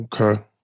Okay